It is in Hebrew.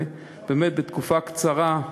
ובאמת בתקופה קצרה,